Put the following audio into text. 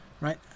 right